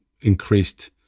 increased